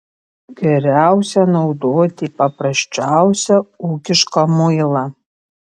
geriausia naudoti paprasčiausią ūkišką muilą